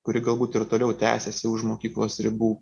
kuri galbūt ir toliau tęsiasi už mokyklos ribų